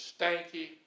stanky